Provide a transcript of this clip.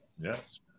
yes